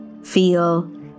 Feel